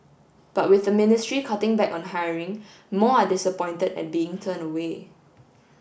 but with the ministry cutting back on hiring more are disappointed at being turned away